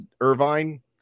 Irvine